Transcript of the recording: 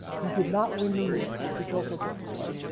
he did not win new york. which also broke his heart.